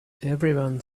everyone